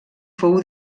fou